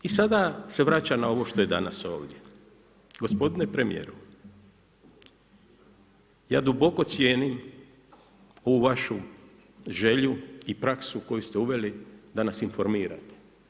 I sada se vraća na ovo što je danas ovdje, gospodine premijeru ja duboko cijenim ovu vašu želju i praksu koju ste uveli da nas informirate.